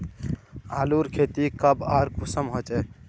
आलूर खेती कब आर कुंसम होचे?